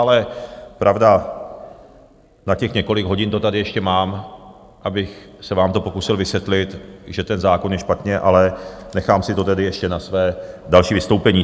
Ale pravda, na těch několik hodin to tady ještě mám, abych se vám pokusil vysvětlit, že ten zákon je špatně, ale nechám si to tedy ještě na své další vystoupení.